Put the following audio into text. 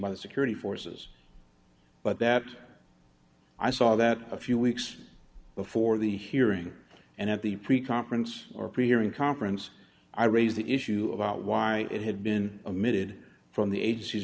by the security forces but that i saw that a few weeks before the hearing and at the pre conference or preparing conference i raised the issue about why it had been amid from the agenc